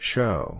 Show